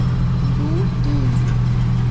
दू तीन